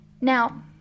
Now